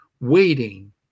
waiting